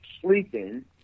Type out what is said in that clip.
sleeping